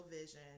vision